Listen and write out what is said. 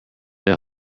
they